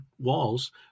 walls